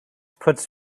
puts